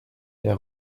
der